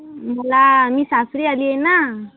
मला मी सासरी आली आहे ना